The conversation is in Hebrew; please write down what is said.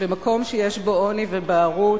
במקום שיש בו עוני ובערות,